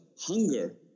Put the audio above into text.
hunger